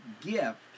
gift